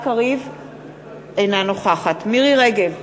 אינה נוכחת מירי רגב,